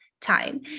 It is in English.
time